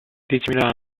diecimila